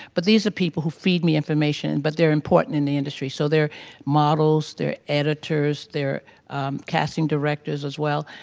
but these are people who feed me information, but they're important in the industry. so they're models, they're editors, they're casting directors as well.